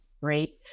right